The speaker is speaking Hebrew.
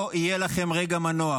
לא יהיה לכם רגע מנוח.